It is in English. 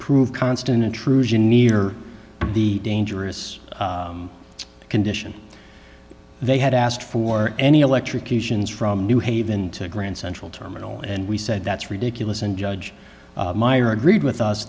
prove constant intrusion near the dangerous condition they had asked for any electrocutions from new haven to grand central terminal and we said that's ridiculous and judge meyer agreed with us